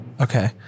Okay